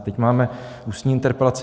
Teď máme ústní interpelace.